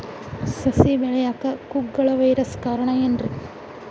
ಸಸಿ ಬೆಳೆಯಾಕ ಕುಗ್ಗಳ ವೈರಸ್ ಕಾರಣ ಏನ್ರಿ?